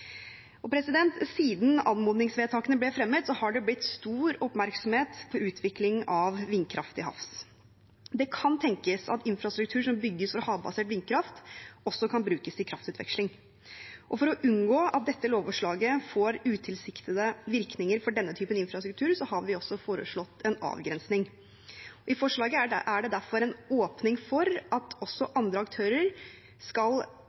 Siden anmodningsvedtakene ble fremmet, har det blitt stor oppmerksomhet på utvikling av vindkraft til havs. Det kan tenkes at infrastruktur som bygges for havbasert vindkraft, også kan brukes til kraftutveksling. For å unngå at dette lovforslaget får utilsiktede virkninger for denne typen infrastruktur, har vi også foreslått en avgrensning. I forslaget er det derfor en åpning for at også andre aktører skal